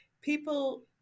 people